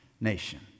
nation